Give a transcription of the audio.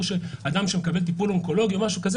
אדם שמקבל טיפול אונקולוגי או משהו כזה